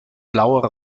blauer